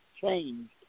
changed